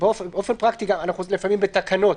וגם באופן פרקטי לפעמים בתקנות,